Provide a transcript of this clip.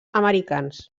americans